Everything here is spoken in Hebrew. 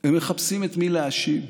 הם מחפשים את מי להאשים.